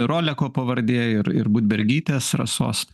ir oleko pavardė ir ir budbergytės rasos